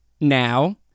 now